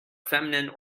feminine